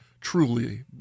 truly